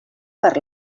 per